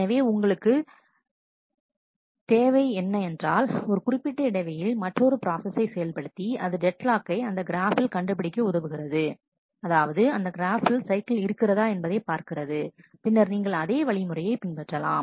எனவே உங்களுக்கு என்ன தேவை என்றால் ஒரு குறிப்பிட்ட இடைவெளியில் மற்றொரு பிராஸசை செயல்படுத்தி அது டெட்லாக்கை அந்த கிராஃபில் கண்டுபிடிக்க உதவுகிறது அதாவது அந்த கிராஃப்பில் சைக்கிள் இருக்கிறதா என்பதை பார்க்கிறது பின்னர் நீங்கள் அதே வழிமுறையை பின்பற்றலாம்